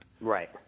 Right